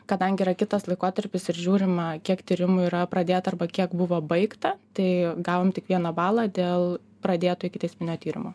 kadangi yra kitas laikotarpis ir žiūrima kiek tyrimų yra pradėta arba kiek buvo baigta tai gavom tik vieną balą dėl pradėto ikiteisminio tyrimo